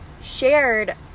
shared